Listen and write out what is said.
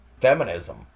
Feminism